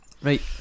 Right